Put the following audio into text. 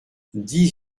dix